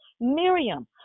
Miriam